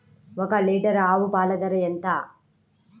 ఒక్క లీటర్ ఆవు పాల ధర ఎంత?